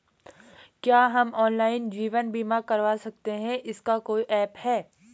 क्या हम ऑनलाइन जीवन बीमा करवा सकते हैं इसका कोई ऐप है?